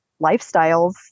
lifestyles